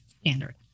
standard